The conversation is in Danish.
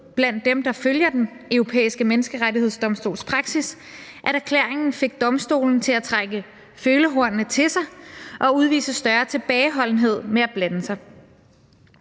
blandt dem, der følger Den Europæiske Menneskerettighedsdomstols praksis, om, at erklæringen fik domstolen til at trække følehornene til sig og udvise større tilbageholdenhed med at blande sig.